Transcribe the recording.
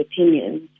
opinions